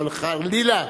חלילה.